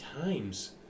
times